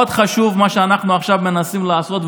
מאוד חשוב מה שאנחנו עכשיו מנסים לעשות,